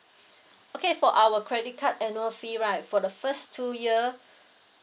okay for our credit card annual fee right for the first two year